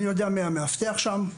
אני יודע מי המאבטח שם,